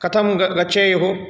कथं ग गच्छेयुः